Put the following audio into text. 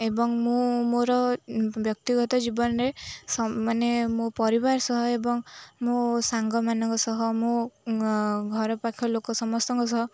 ଏବଂ ମୁଁ ମୋର ବ୍ୟକ୍ତିଗତ ଜୀବନରେ ସମ୍ ମାନେ ମୋ ପରିବାର ସହ ଏବଂ ମୋ ସାଙ୍ଗମାନଙ୍କ ସହ ମୋ ଘର ପାଖ ଲୋକ ସମସ୍ତଙ୍କ ସହ